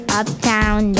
uptown